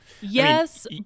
yes